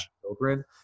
children